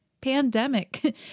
pandemic